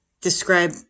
describe